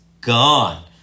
gone